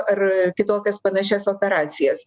ar kitokias panašias operacijas